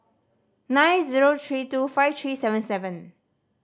nine zero three two five three seven seven